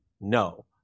No